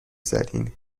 زدین